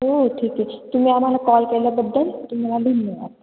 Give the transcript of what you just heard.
हो ठीक आहे तुम्ही आम्हाला कॉल केल्याबद्दल तुम्हाला धन्यवाद